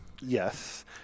Yes